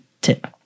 Tip